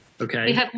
Okay